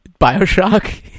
Bioshock